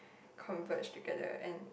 converge together and